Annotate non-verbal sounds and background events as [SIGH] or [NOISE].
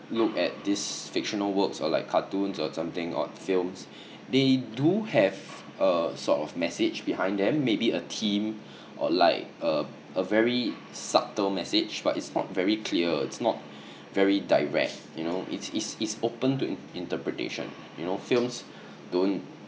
look at this fictional works or like cartoons or something on films [BREATH] they do have a sort of message behind them maybe a theme [BREATH] or like a a very subtle message but it's not very clear it's not [BREATH] very direct you know it's it's it's open to interpretation you know films [BREATH] don't